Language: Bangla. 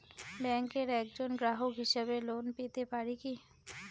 ব্যাংকের একজন গ্রাহক হিসাবে লোন পেতে পারি কি?